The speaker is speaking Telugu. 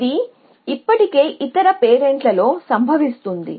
ఇది ఇప్పటికే ఇతర పేరెంట్లో సంభవిస్తుంది